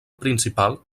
principal